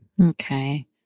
Okay